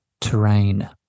terrain